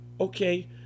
okay